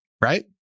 right